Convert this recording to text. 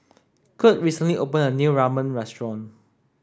Kirt recently open a new Ramen restaurant